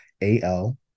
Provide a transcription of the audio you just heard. A-L